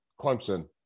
Clemson